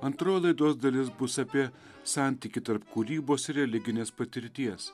antroji laidos dalis bus apie santykį tarp kūrybos ir religinės patirties